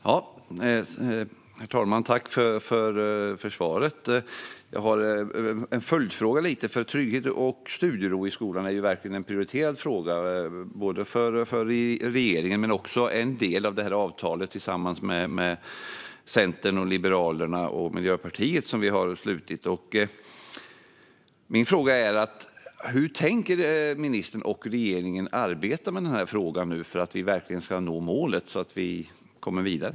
Herr talman! Jag tackar ministern för svaret. Jag har en följdfråga. Trygghet och studiero i skolan är en prioriterad fråga, både för regeringen och i det avtal som vi har slutit med Centern, Liberalerna och Miljöpartiet. Hur tänker ministern och regeringen arbeta med denna fråga så att vi verkligen kommer vidare och når målet?